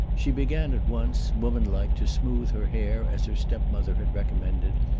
she began at once, woman-like, to smooth her hair as her stepmother had recommended,